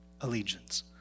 allegiance